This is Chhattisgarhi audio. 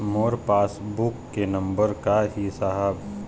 मोर पास बुक के नंबर का ही साहब?